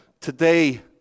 today